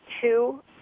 two